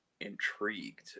intrigued